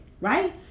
right